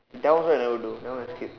that one also I never do that one I skip